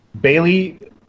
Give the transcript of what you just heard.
Bailey